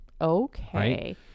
Okay